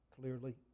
clearly